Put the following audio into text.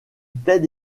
plaide